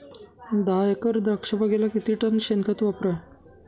दहा एकर द्राक्षबागेला किती टन शेणखत वापरावे?